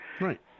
right